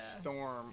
storm